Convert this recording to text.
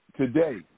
today